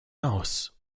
aus